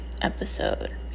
episode